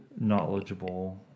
Knowledgeable